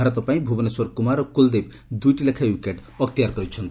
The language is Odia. ଭାରତ ପାଇଁ ଭୁବନେଶ୍ୱର କୁମାର ଓ କୁଲଦୀପ ଦୁଇଟି ଲେଖାଏଁ ୱିକେଟ ଅକ୍ତିଆର କରିଛନ୍ତି